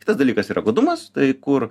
kitas dalykas yra godumas tai kur